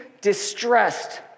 distressed